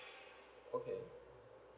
okay